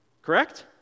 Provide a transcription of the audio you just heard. Correct